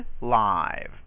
live